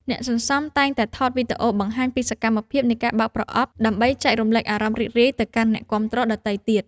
អ្នកសន្សំតែងតែថតវីដេអូបង្ហាញពីសកម្មភាពនៃការបើកប្រអប់ ដើម្បីចែករំលែកអារម្មណ៍រីករាយទៅកាន់អ្នកគាំទ្រដទៃទៀត។